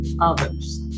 others